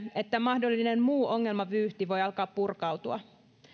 että mahdollinen muu ongelmavyyhti voi alkaa purkautua